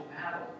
battle